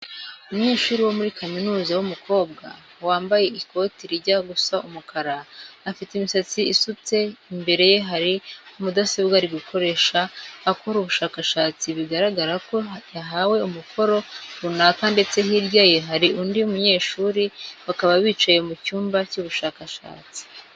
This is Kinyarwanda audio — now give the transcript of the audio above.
Umunyeshuri wo muri kaminuza w'umukobwa, wambaye ikoti rijya gusa umukara, ufite imisatsi isutse, imbere ye hari mudasobwa ari gukoresha akora ubushakashatsi bigaragara ko yahawe umukoro runaka ndetse hirya ye hari undi munyeshuri bakaba bicaye mu cyumba cy'ubushakashatsi.